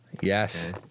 yes